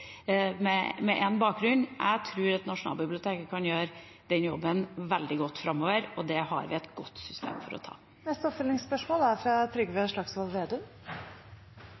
med én bakgrunn. Jeg tror Nasjonalbiblioteket kan gjøre denne jobben veldig godt framover, det har vi et godt system for. Trygve Slagsvold Vedum – til oppfølgingsspørsmål.